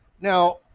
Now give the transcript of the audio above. now